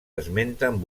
esmenten